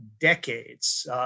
decades